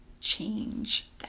change